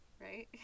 Right